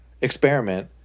experiment